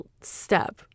step